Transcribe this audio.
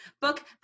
book